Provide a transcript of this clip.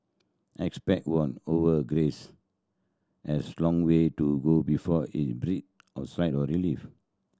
expert warn over Greece has long way to go before it breathe a sigh of relief